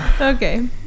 Okay